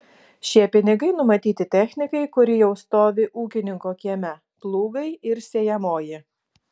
šie pinigai numatyti technikai kuri jau stovi ūkininko kieme plūgai ir sėjamoji